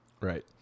Right